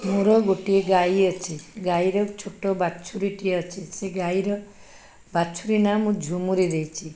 ମୋର ଗୋଟିଏ ଗାଈ ଅଛି ଗାଈର ଛୋଟ ବାଛୁରୀଟିଏ ଅଛି ସେ ଗାଈର ବାଛୁରୀ ନାଁ ମୁଁ ଝୁମୁରି ଦେଇଛି